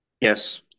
Yes